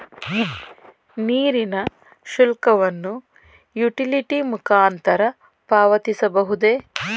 ನೀರಿನ ಶುಲ್ಕವನ್ನು ಯುಟಿಲಿಟಿ ಮುಖಾಂತರ ಪಾವತಿಸಬಹುದೇ?